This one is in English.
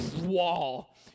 wall